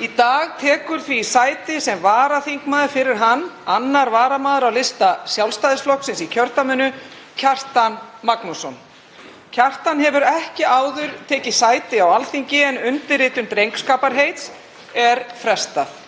Í dag tekur því sæti sem varaþingmaður fyrir hann 2. varamaður á lista Sjálfstæðisflokksins í kjördæminu, Kjartan Magnússon. Kjartan hefur ekki áður tekið sæti á Alþingi en undirritun drengskaparheits er frestað.